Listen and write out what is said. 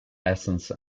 essence